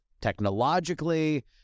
technologically